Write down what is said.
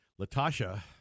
Latasha